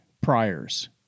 priors